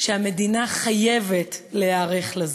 שהמדינה חייבת להיערך לזה.